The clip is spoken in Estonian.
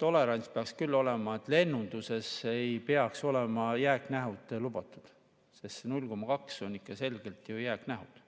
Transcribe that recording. tolerantsi [ei] peaks küll olema, lennunduses ei peaks olema jääknähud lubatud, sest see 0,2 tähendab selgelt jääknähtusid.